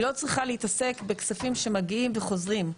היא לא צריכה להתעסק בכספים שמגיעים וחוזרים,